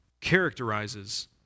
characterizes